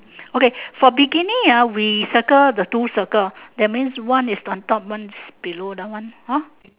okay for bikini ah we circle the two circle that means one is on top one is below that one hor